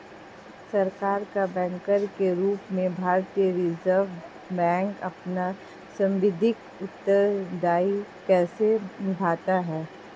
सरकार का बैंकर के रूप में भारतीय रिज़र्व बैंक अपना सांविधिक उत्तरदायित्व कैसे निभाता है?